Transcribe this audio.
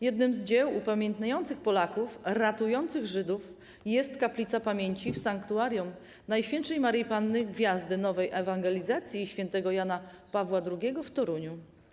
Jednym z dzieł upamiętniających Polaków ratujących Żydów jest Kaplica Pamięci w Sanktuarium Najświętszej Maryi Panny Gwiazdy Nowej Ewangelizacji i św. Jana Pawła II w Toruniu.